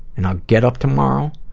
and i'll get up tomorrow,